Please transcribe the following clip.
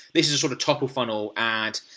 these are sort of topper funnel ads.